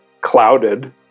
clouded